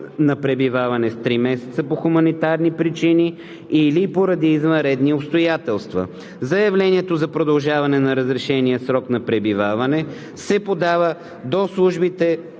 на пребиваване с три месеца по хуманитарни причини или поради извънредни обстоятелства. Заявлението за продължаване на разрешения срок на пребиваване се подава до службите